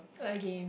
a game